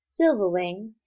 Silverwing